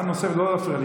אני לא יודע.